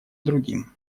другим